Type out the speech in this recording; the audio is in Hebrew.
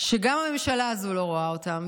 שגם הממשלה הזו לא רואה אותם,